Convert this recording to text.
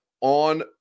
on